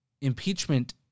impeachment